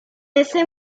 ese